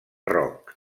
roc